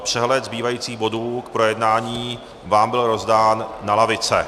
Přehled zbývajících bodů k projednání vám byl rozdán na lavice.